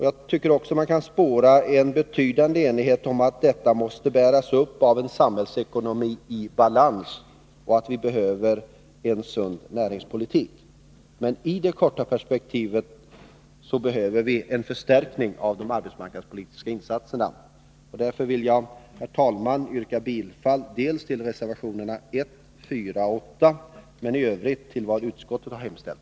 Jag tycker också att man kan spåra en betydande enighet om att detta måste bäras upp av en samhällsekonomi i balans och att vi behöver en sund näringspolitik. Men i det korta perspektivet behöver vi en förstärkning av de arbetsmarknadspolitiska insatserna. Därför vill jag, herr talman, yrka bifall till reservationerna 1, 4 och 8 och i övrigt till vad utskottet har hemställt.